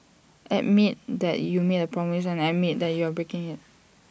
admit that you made A promise and admit that you are breaking him